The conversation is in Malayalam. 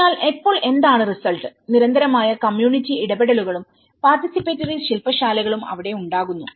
അതിനാൽ ഇപ്പോൾ എന്താണ് റിസൾട്ട് നിരന്തരമായ കമ്മ്യൂണിറ്റി ഇടപെടലുകളും പാർട്ടിസിപേറ്ററി ശിൽപശാലകളും അവിടെ ഉണ്ടാകുന്നു